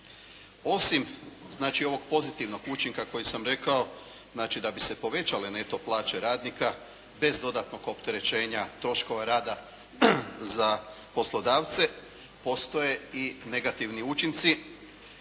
znači ovog pozitivnog učinka koji sam rekao, znači da bi se povećale neto plaće radnika bez dodatnog opterećenja troškova rada za poslodavce, postoje i negativni učinci